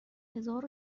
هزار